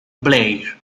blair